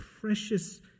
precious